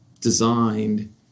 designed